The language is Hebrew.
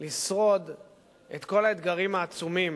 לשרוד את כל האתגרים העצומים,